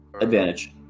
Advantage